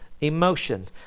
emotions